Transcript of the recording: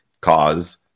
cause